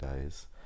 days